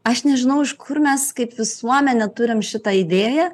aš nežinau iš kur mes kaip visuomenė turim šitą idėją